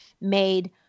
made